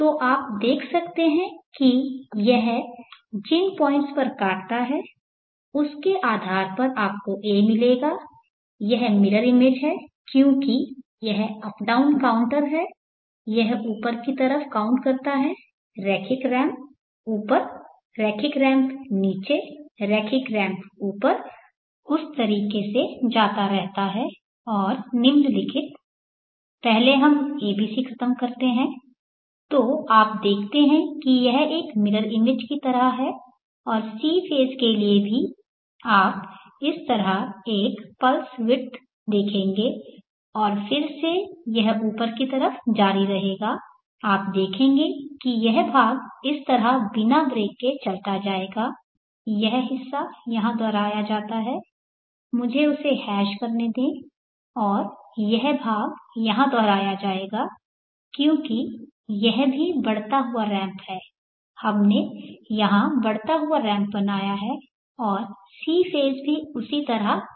तो आप देख सकते हैं कि यह जिन पॉइंट्स पर काटता है उसके आधार पर आपको a मिलेगा यह मिरर इमेज है क्योंकि यह अप डाउन काउंटर है यह ऊपर की तरफ काउंट करता है रैखिक रैंप ऊपर रैखिक रैंप नीचे रैखिक रैंप ऊपर उस तरीके से जाता रहता है और निम्नलिखित पहले हम a b c खत्म करते हैं तो आप देखते हैं कि यह एक मिरर इमेज की तरह है और c फेज़ के लिए भी आप इस तरह एक पल्स विड्थ देखेंगे और फिर से यह ऊपर की तरफ जारी रहेगा आप देखेंगे कि यह भाग इस तरह बिना ब्रेक के चलता जायेगा यह हिस्सा यहाँ दोहराया जाता है मुझे उसे हैश करने दे और यह भाग यहाँ दोहराया जाएगा क्योंकि यह भी बढ़ता हुआ रैंप है हमने यहाँ बढ़ता हुए रैंप बनाया है और c फेज़ भी उसी तरह आता है